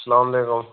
اسلامُ علیکم